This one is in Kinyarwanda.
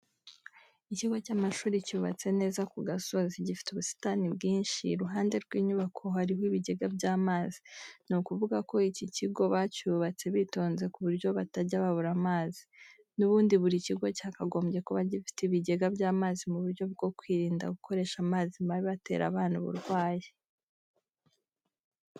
Ikigo cy'amashuri cyubatse neza ku gasozi, gifite ubusitani bwinshi, iruhande rw'inyubako hariho ibigega by'amazi. Ni ukuvuga ko iki kigo bacyubatse bitonze ku buryo batajya babura amazi. N'ubundi buri kigo cyakagombye kuba gifite ibigega by'amazi mu buryo bwo kwirinda gukoresha amazi mabi atera abana uburwayi.